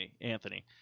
Anthony